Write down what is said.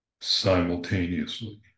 simultaneously